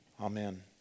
Amen